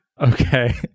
Okay